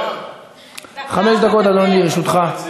חמש דקות, אדוני, לרשותך.